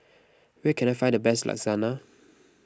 where can I find the best Lasagna